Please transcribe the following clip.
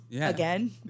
again